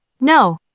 No